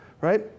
right